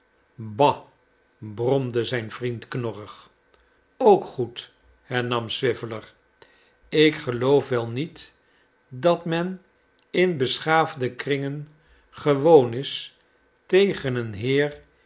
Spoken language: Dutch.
bromde zijn vriend knorrig ook goed hernam swiveller ik geloof wel niet dat men in beschaafde kringen ge woon is tegen een heer